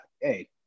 hey